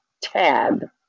tab